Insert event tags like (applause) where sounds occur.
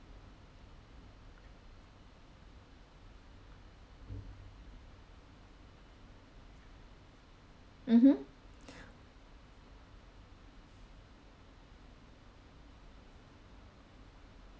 mmhmm (breath)